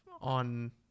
on